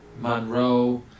Monroe